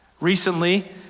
Recently